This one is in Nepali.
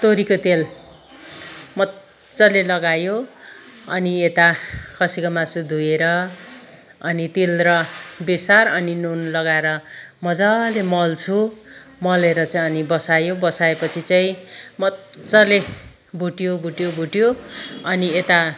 तोरीको तेल मज्जाले लगायो अनि यता खसीको मासु धोएर अनि तेल र बेसार अनि नुन लगाएर मजाले मल्छु मलेर चाहिँ अनि बसायो बसाएपछि चाहिँ मज्जाले भुट्यो भुट्यो भुट्यो अनि यता